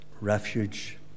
refuge